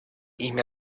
ими